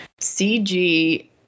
cg